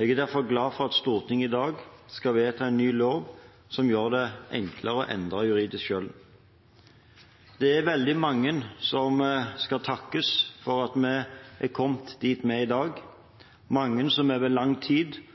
Jeg er derfor glad for at Stortinget i dag skal vedta en ny lov, som gjør det enklere å endre juridisk kjønn. Det er veldig mange som skal takkes for at vi er kommet dit vi er i dag, mange som over lang tid